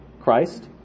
Christ